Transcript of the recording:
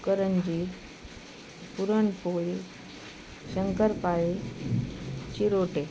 करंजी puranpoli shankarpali चिरोटे